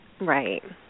Right